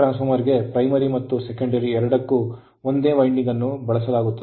Autotransformer ಗೆ primary ಮತ್ತು secondary ಎರಡಕ್ಕೂ ಒಂದೇ ವೈಂಡಿಂಗ್ ಅನ್ನು ಬಳಸಲಾಗುತ್ತದೆ